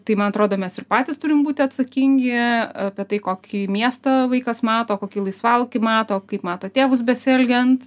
tai man atrodo mes ir patys turim būti atsakingi apie tai kokį miestą vaikas mato kokį laisvalaikį mato kaip mato tėvus besielgiant